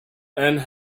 and